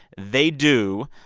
they do.